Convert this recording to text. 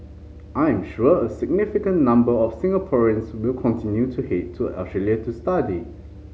I am sure a significant number of Singaporeans will continue to head to Australia to study